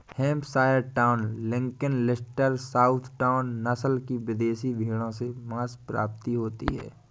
Hampshire Down, Lincoln, Leicester, South Down, नस्ल की विदेशी भेंड़ों से माँस प्राप्ति होती है